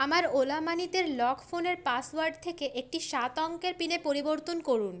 আমার ওলা মানিতের লক ফোনের পাসওয়ার্ড থেকে একটি সাত অঙ্কের পিনে পরিবর্তন করুন